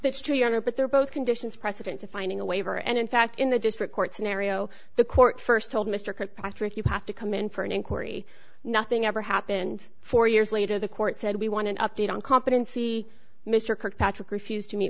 that's true your honor but they're both conditions precedent to finding a waiver and in fact in the district court scenario the court first told mr kirkpatrick you have to come in for an inquiry nothing ever happened four years later the court said we want an update on competency mr kirkpatrick refused to meet